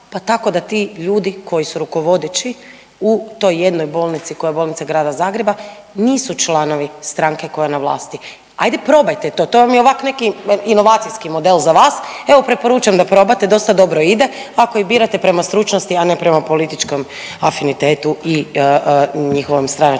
pa tako da ti ljudi koji su rukovodeći u toj jednoj bolnici koja je bolnica Grada Zagreba nisu članovi stranke koje je na vlasti. Ajde probajte to, to vam je ovak inovacijski model za vas, evo preporučam da probate dosta dobro ide, ako i birate stručnosti, a ne političkom afinitetu i njihovoj stranačkoj